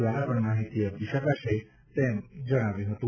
દ્વારા પણ માહિતી આપી શકશે એમ જણાવ્યું હતું